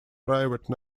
private